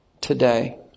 today